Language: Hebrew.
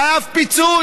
הוא חייב פיצוי.